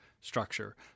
structure